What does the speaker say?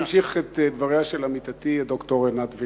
אני אמשיך את דבריה של עמיתתי, ד"ר עינת וילף.